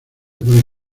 puedes